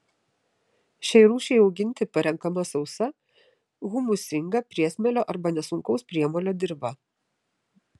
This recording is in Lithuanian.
šiai rūšiai auginti parenkama sausa humusingą priesmėlio arba nesunkaus priemolio dirva